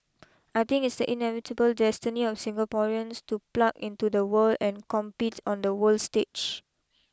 I think it's the inevitable destiny of Singaporeans to plug into the world and compete on the world stage